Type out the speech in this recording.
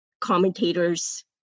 commentators